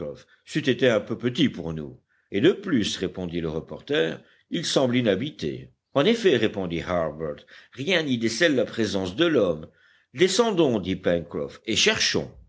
c'eût été un peu petit pour nous et de plus répondit le reporter il semble inhabité en effet répondit harbert rien n'y décèle la présence de l'homme descendons dit pencroff et cherchons